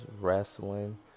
wrestling